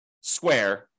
square